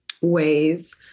ways